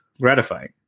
gratifying